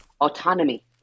autonomy